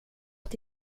att